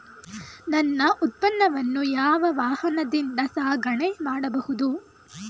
ನನ್ನ ಉತ್ಪನ್ನವನ್ನು ಯಾವ ವಾಹನದಿಂದ ಸಾಗಣೆ ಮಾಡಬಹುದು?